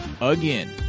Again